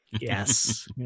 Yes